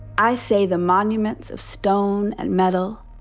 i say the monuments of stone and metal,